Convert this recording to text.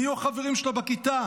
מי יהיו החברים שלה בכיתה?